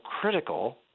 critical